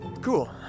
cool